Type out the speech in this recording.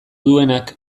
duenak